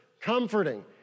comforting